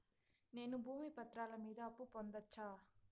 నేను భూమి పత్రాల మీద అప్పు పొందొచ్చా?